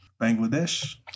Bangladesh